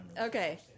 Okay